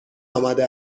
آمده